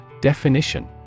Definition